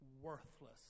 worthless